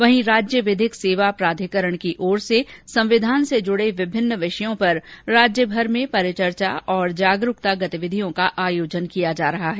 वहीं राज्य विधिक सेवा प्राधिकरण की ओर से संविधान से जुडे विभिन्न विषयों पर राज्य भर में परिचर्चा और जागरूकता गतिविधियों का आयोजन किया जा रहा है